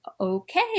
okay